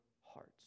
hearts